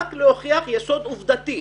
רק להוכיח יסוד עובדתי.